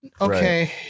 Okay